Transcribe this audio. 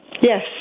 Yes